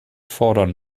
fordern